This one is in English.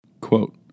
Quote